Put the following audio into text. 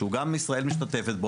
שגם ישראל משתתפת בו,